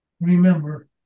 remember